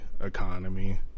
economy